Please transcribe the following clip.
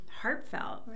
heartfelt